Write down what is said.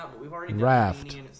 Raft